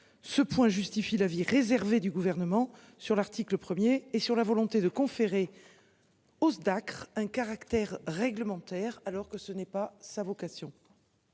Ce point justifie l'avis réservé du gouvernement sur l'article 1er et sur la volonté de conférer. Hausse Acre un caractère réglementaire alors que ce n'est pas sa vocation.